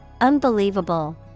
Unbelievable